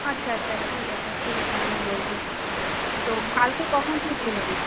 আচ্ছা আচ্ছা ঠিক আছে ঠিক আছে আমি বলব তো কালকে কখন তুই বের হবি